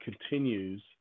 continues